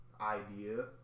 idea